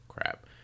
Crap